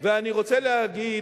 ואני רוצה לומר,